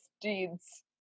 deeds